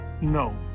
No